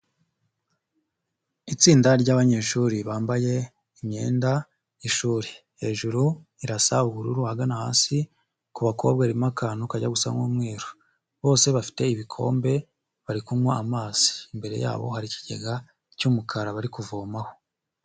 Itsinda ry'abanyeshuri bambaye imyenda y'ishuri, hejuru irasa ubururu, ahagana hasi ku bakobwa harimo akantu kajya gusa nk'umweru. Bose bafite ibikombe bari kunywa amazi. Imbere yabo hari ikigega cy'umukara bari kuvomaho.